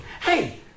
Hey